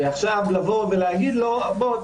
ועכשיו להגיד לו: בוא,